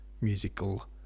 musical